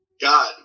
God